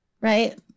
right